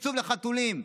לתקצוב לחתולים.